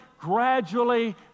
gradually